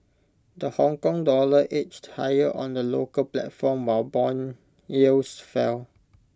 the Hongkong dollar edged higher on the local platform while Bond yields fell